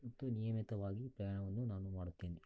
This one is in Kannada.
ಮತ್ತು ನಿಯಮಿತವಾಗಿಯೂ ಪ್ರಯಾಣವನ್ನು ನಾನು ಮಾಡುತ್ತೇನೆ